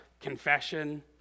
confession